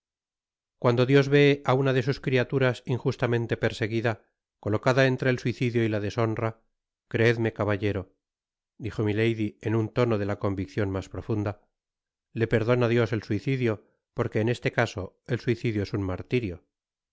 cuando dios ve á una de sus crialuras injuslamente perseguida colocada entre el suicidio y la deshonra creedme caballero dijo milady en tono de la conviccion mas profunda le perdona dios el suicidio porque en este crso el suicidio es un martirio